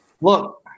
Look